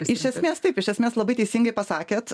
iš esmės taip iš esmės labai teisingai pasakėt